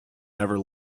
never